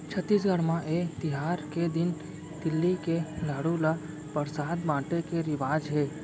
छत्तीसगढ़ म ए तिहार के दिन तिली के लाडू ल परसाद बाटे के रिवाज हे